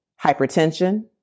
hypertension